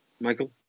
Michael